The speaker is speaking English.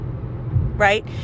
Right